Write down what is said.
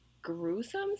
gruesome